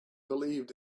believed